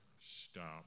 stop